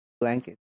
Blanket